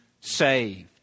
saved